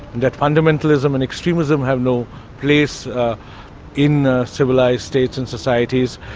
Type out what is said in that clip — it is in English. that fundamentalism and extremism have no place in ah civilised states and societies.